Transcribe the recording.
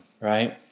right